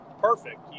perfect